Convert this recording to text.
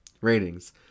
Ratings